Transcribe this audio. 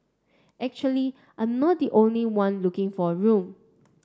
actually I'm not the only one looking for a room